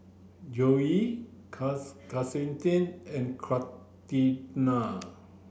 Joell Celestine and Catrina